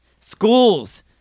schools